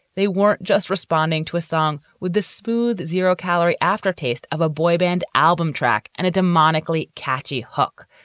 they weren't just responding to a song with the smooth, zero calorie aftertaste of a boyband album track and a demonically catchy hook.